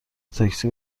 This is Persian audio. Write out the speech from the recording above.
تاکسی